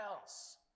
else